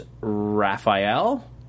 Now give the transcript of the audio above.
Raphael